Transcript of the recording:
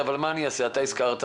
מה הפתרון לדעתך